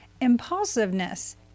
Impulsiveness